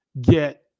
get